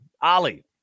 Ali